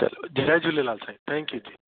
चलो जय झूलेलाल साईं थैंक्यू जी